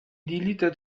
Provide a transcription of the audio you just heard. deleted